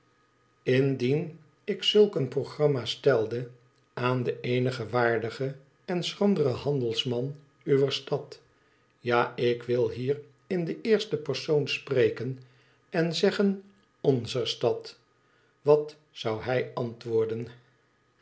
indien ik zulk een programma stelde aan den eenigen waardigen en schranderen handelsman uwer stad ja ik wil hier in den eersten persoon spreken en zeggen onzer stad wat zou hij antwoorden